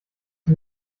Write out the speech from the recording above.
die